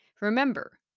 remember